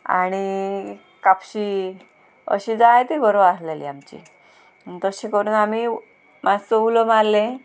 आणी कापशी अशी जायती गोरवां आहलेली आमची तशें करून आमी मातसो उलो मारलें